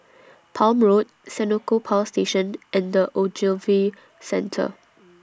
Palm Road Senoko Power Station and The Ogilvy Centre